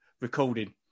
recording